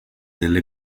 delle